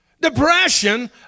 Depression